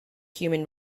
human